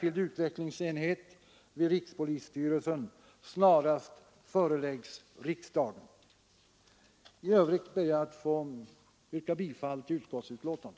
I övrigt ber jag att få yrka bifall till vad utskottet hemställt.